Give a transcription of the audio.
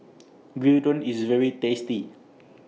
Gyudon IS very tasty